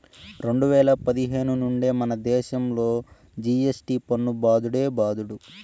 రెండు వేల పదిహేను నుండే మనదేశంలో జి.ఎస్.టి పన్ను బాదుడే బాదుడు